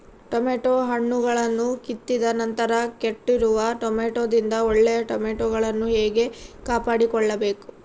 Tomato ಹಣ್ಣುಗಳನ್ನು ಕಿತ್ತಿದ ನಂತರ ಕೆಟ್ಟಿರುವ ಟೊಮೆಟೊದಿಂದ ಒಳ್ಳೆಯ ಟೊಮೆಟೊಗಳನ್ನು ಹೇಗೆ ಕಾಪಾಡಿಕೊಳ್ಳಬೇಕು?